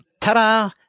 ta-da